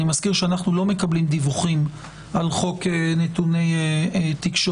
מזכיר שאנחנו לא מקבלים דיווחים על חוק נתוני תקשורת